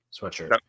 sweatshirt